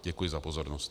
Děkuji za pozornost.